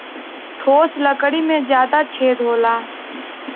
ठोस लकड़ी में जादा छेद होला